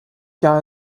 jahr